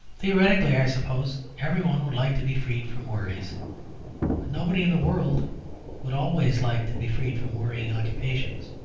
theoretically, i suppose, every one would like to be freed from worries. but nobody in the world would always like to be freed from worrying occupations.